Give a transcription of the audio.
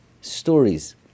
stories